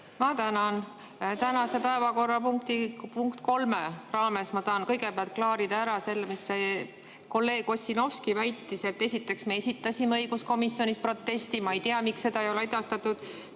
Ma tänan! Tänase päevakorrapunkti nr 3 raames ma tahan kõigepealt klaarida ära selle, mida kolleeg Ossinovski väitis. Esiteks, me esitasime õiguskomisjonis protesti. Ma ei tea, miks seda ei ole edastatud.